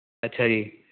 ਅੱਛਾ ਜੀ